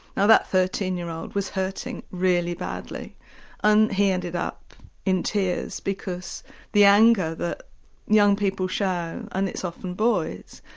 now that thirteen year old was hurting really badly and he ended up in tears, because the anger that young people show, and it's often boys,